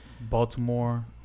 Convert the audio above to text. Baltimore